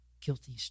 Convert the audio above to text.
guilty